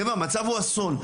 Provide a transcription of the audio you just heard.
חבר'ה, המצב הוא אסון.